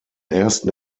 ersten